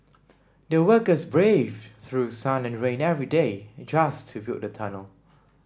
the workers braved through sun and rain every day just to build the tunnel